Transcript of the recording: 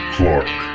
Clark